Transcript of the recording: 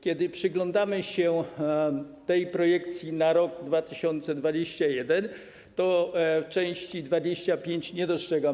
Kiedy przyglądam się tej projekcji na rok 2021, to w części 25 tego nie dostrzegam.